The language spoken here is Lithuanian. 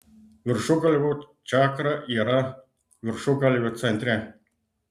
viršugalvio čakra yra viršugalvio centre